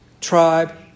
Tribe